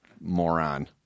moron